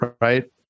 right